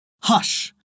Hush